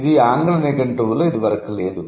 ఇది ఆంగ్ల నిఘంటువులో ఇదివరకు లేదు